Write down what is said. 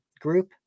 group